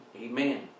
Amen